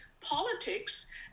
politics